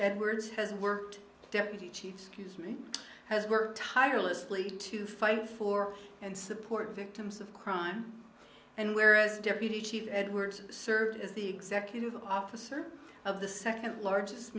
edwards has worked deputy chief scuse me has worked tirelessly to fight for and support victims of crime and where as deputy chief edward served as the executive officer of the second largest